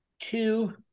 Two